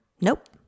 Nope